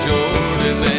Jordan